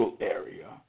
area